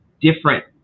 different